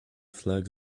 flags